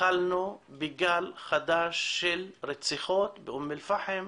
התחלנו בגל חדש של רציחות באום אל פאחם,